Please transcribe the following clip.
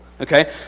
Okay